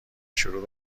شروع